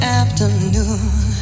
afternoon